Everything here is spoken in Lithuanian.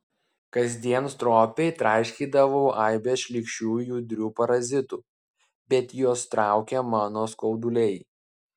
kasdien stropiai traiškydavau aibes šlykščių judrių parazitų bet juos traukė mano skauduliai